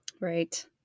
Right